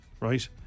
right